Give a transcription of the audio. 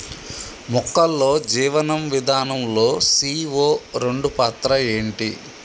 మొక్కల్లో జీవనం విధానం లో సీ.ఓ రెండు పాత్ర ఏంటి?